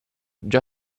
già